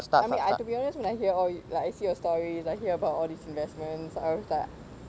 I mean I to be honest when I hear or if I see a stories I hear about all these investments I was like